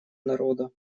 народа